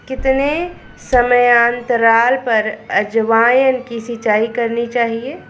कितने समयांतराल पर अजवायन की सिंचाई करनी चाहिए?